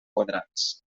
quadrats